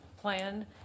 Plan